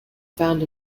found